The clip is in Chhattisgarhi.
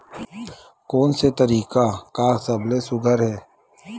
कोन से तरीका का सबले सुघ्घर हे?